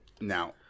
Now